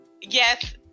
Yes